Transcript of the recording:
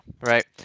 right